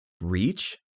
reach